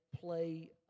play